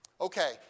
Okay